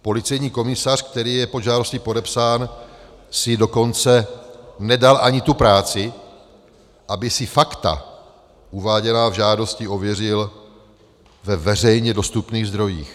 Policejní komisař, který je pod žádostí podepsán, si dokonce nedal ani tu práci, aby si fakta uváděná v žádosti ověřil ve veřejně dostupných zdrojích.